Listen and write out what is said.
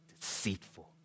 deceitful